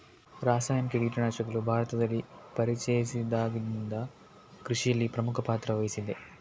ರಾಸಾಯನಿಕ ಕೀಟನಾಶಕಗಳು ಭಾರತದಲ್ಲಿ ಪರಿಚಯಿಸಿದಾಗಿಂದ ಕೃಷಿಯಲ್ಲಿ ಪ್ರಮುಖ ಪಾತ್ರ ವಹಿಸಿದೆ